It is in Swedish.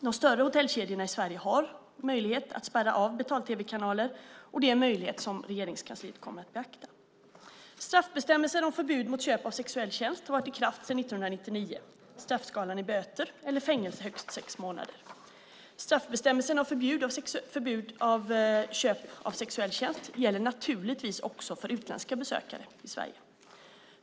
De större hotellkedjorna i Sverige har dock möjlighet att spärra betal-tv-kanaler, en möjlighet som Regeringskansliet kommer att beakta. Straffbestämmelsen om förbud mot köp av sexuell tjänst har varit i kraft sedan 1999. Straffskalan är böter eller fängelse i högst sex månader. Straffbestämmelsen om förbud mot köp av sexuell tjänst gäller naturligtvis även för utländska besökare i Sverige.